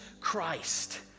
Christ